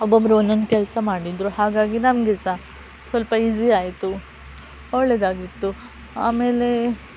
ಒಬ್ಬೊಬ್ಬರು ಒಂದೊಂದು ಕೆಲಸ ಮಾಡಿದರು ಹಾಗಾಗಿ ನಮಗೆ ಸಹ ಸ್ವಲ್ಪ ಈಸಿ ಆಯಿತು ಒಳ್ಳೆದಾಗಿತ್ತು ಆಮೇಲೆ